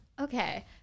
Okay